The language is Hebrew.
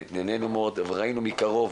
נהיינו מאוד וראינו מקרוב,